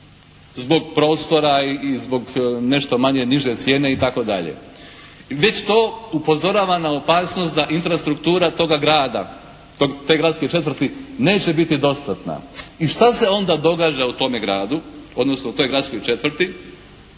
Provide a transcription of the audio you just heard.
Zbog prostora i zbog nešto manje, niže cijene i tako dalje. Već to upozorava na opasnost da infrastruktura toga grada, te gradske četvrti neće biti dostatna. I šta se onda događa u tome gradu odnosno u toj gradskoj četvrti?